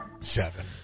Seven